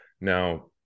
Now